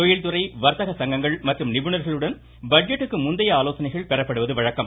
தொழில்துறை வர்த்தக சங்கங்கள் மற்றும் நிபுணர்களுடன் பட்ஜெட்டிற்கு முந்தைய ஆலோசனைகள் பெற்பபடுவது வழக்கம்